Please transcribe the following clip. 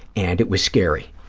and it was scary